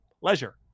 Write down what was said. pleasure